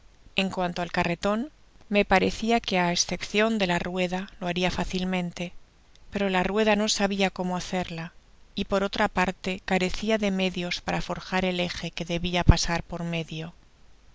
en cuanto al carreton me parecia que á escepcion de la rueda lo haria fácilmente pero la rueda no sabia como hacerla y por otra parte carecia de medios para forjar el eje que debia pasar por medio